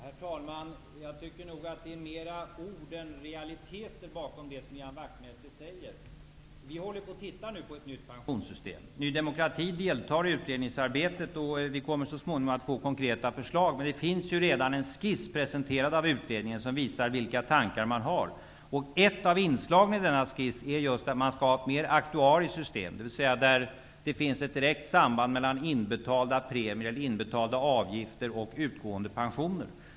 Fru talman! Jag tycker nog att det är mera ord än realitet bakom det som Ian Wachtmeister säger. Vi håller nu på att titta på ett nytt pensionssystem, och Ny demokrati deltar i det utredningsarbetet. Så småningom kommer konkreta förslag att framläggas, men utredningen har redan presenterat en skiss som visar vilka tankar man har. Ett av inslagen i denna skiss är att man vill införa ett aktuariskt system, dvs. ett system där det finns ett direkt samband mellan inbetalda avgifter och utgående pensioner.